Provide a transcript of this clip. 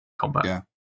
combat